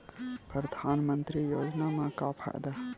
परधानमंतरी योजना म का फायदा?